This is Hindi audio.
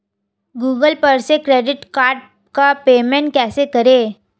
गूगल पर से क्रेडिट कार्ड का पेमेंट कैसे करें?